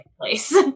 place